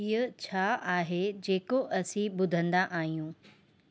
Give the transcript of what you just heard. हीअ छा आहे जेको असीं ॿुधंदा आहियूं